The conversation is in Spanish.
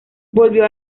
volvió